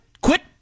quit